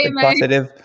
positive